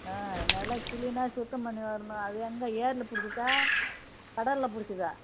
ம் நல்லா க்ளீனாக சுத்தம் பண்ணி வரணும் அது எங்கள் ஏரியில் பிடிச்சதா கடலில் பிடிச்சதா